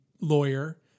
lawyer